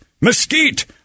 mesquite